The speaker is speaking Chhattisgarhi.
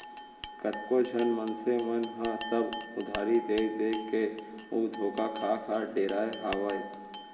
कतको झन मनसे मन ह सब उधारी देय देय के अउ धोखा खा खा डेराय हावय